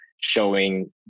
showing